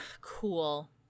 Cool